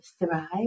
thrive